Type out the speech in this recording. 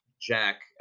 Jack